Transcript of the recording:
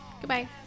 Goodbye